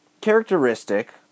characteristic